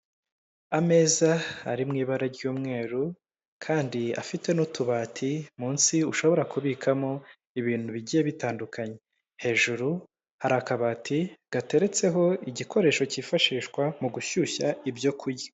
Ameza ari mu ibara ry'umweru kandi afite n'utubati munsi, ushobora kubikamo ibintu bigiye bitandukanye, hejuru hari akabati gateretseho igikoresho kifashishwa mu gushyushya ibyo kurya.